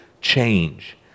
change